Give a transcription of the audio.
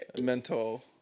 mental